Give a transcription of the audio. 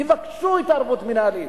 יבקשו התערבות מינהלית.